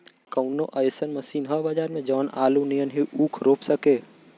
कवनो अइसन मशीन ह बजार में जवन आलू नियनही ऊख रोप सके?